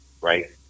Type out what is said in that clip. right